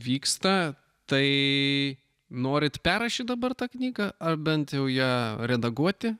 vyksta tai norit perrašyt dabar tą knygą ar bent jau ją redaguoti